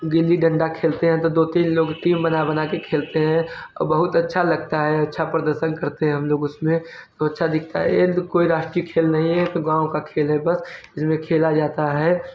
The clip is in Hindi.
गिल्ली डंडा खेलते हैं तो दो तीन लोग टीम बना बना के खेलते हैं और बहुत अच्छा लगता है अच्छा प्रदर्शन करते हैं हम लोग उसमें तो अच्छा दिखता है यदि कोई राष्ट्रीय खेल नहीं है तो गाँव का खेल है बस जिसमें खेला जाता है